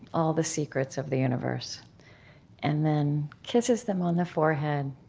all the secrets of the universe and then kisses them on the forehead,